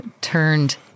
turned—